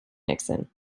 nixon